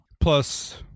Plus